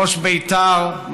ראש בית"ר,